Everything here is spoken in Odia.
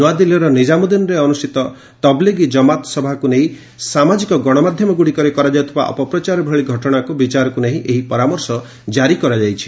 ନୂଆଦିଲ୍ଲୀର ନିଜାମୁଦ୍ଦିନ୍ରେ ଅନୁଷ୍ଠିତ ତବଲିଗି ଜମାତ ସଭାକୁ ନେଇ ସାମାଜିକ ଗଣମାଧ୍ୟମଗୁଡ଼ିକରେ କରାଯାଉଥିବା ଅପପ୍ରଚାର ଭଳି ଘଟଣାକୁ ବିଚାରକୁ ନେଇ ଏହି ପରାମର୍ଶ କାରି କରାଯାଇଛି